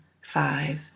five